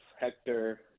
hector